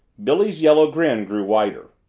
billy's yellow grin grew wider.